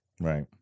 Right